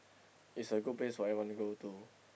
it's a good place for everyone to go to